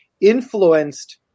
influenced